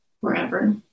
forever